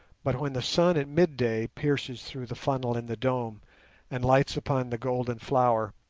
but when the sun at midday pierces through the funnel in the dome and lights upon the golden flower,